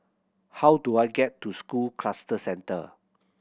how do I get to School Cluster Centre